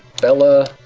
Bella